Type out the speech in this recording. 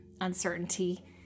uncertainty